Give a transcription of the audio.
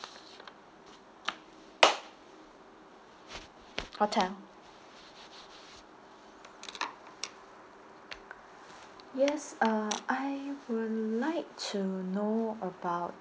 hotel yes uh I would like to know about